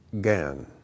gan